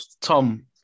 Tom